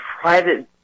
private